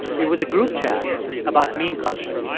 it was a group chat about meme culture